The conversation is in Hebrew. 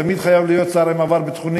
תמיד חייב להיות שר עם עבר ביטחוני,